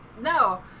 No